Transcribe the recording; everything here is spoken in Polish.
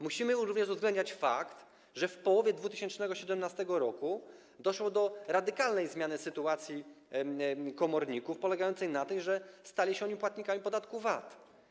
Musimy również uwzględnić fakt, że w połowie 2017 r. doszło do radykalnej zmiany sytuacji komorników polegającej na tym, że stali się oni płatnikami podatku VAT.